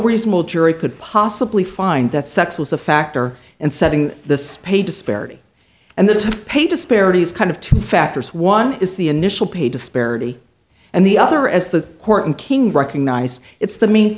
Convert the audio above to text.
reasonable jury could possibly find that sex was a factor and setting the spade disparity and the pay disparity is kind of two factors one is the initial pay disparity and the other as the court and king recognized it's the main